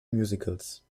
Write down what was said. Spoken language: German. musicals